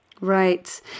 Right